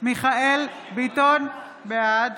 בעד